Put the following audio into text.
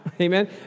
Amen